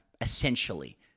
essentially